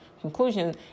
conclusion